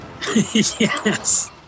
Yes